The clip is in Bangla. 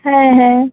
হ্যাঁ হ্যাঁ